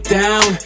down